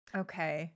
okay